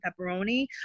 pepperoni